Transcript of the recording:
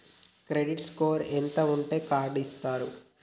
Credit score ఎంత ఉంటే card ఇస్తారు?